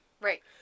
Right